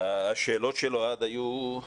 השאלות של אוהד היו נכונות.